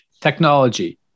technology